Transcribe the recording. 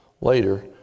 later